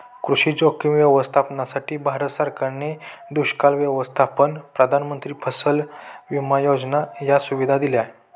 कृषी जोखीम व्यवस्थापनासाठी, भारत सरकारने दुष्काळ व्यवस्थापन, प्रधानमंत्री फसल विमा योजना या सुविधा दिल्या